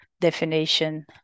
definition